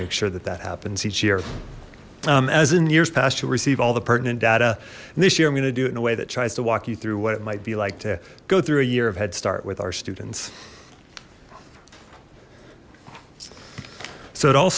make sure that that happens each year as in years past you'll receive all the pertinent data this year i'm gonna do it in a way that tries to walk you through what it might be like to go through a year of head start with our students so it all